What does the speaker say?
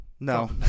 No